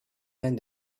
man